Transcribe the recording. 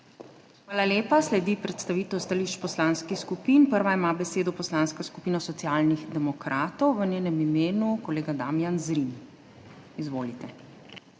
Hvala lepa. Sledi predstavitev stališč poslanskih skupin. Prva ima besedo Poslanska skupina Socialnih demokratov, v njenem imenu kolega Damijan Zrim. Izvolite.